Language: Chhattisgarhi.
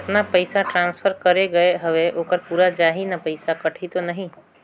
जतना पइसा ट्रांसफर करे गये हवे ओकर पूरा जाही न पइसा कटही तो नहीं?